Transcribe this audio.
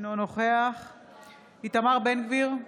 אינו נוכח איתמר בן גביר,